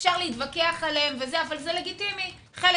אפשר להתווכח עליהם אבל זה לגיטימי חלק